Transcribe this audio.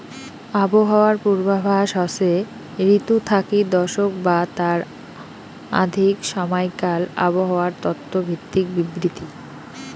আবহাওয়ার পূর্বাভাস হসে ঋতু থাকি দশক বা তার অধিক সমাইকাল আবহাওয়ার তত্ত্ব ভিত্তিক বিবৃতি